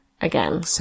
again